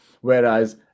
Whereas